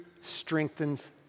strengthens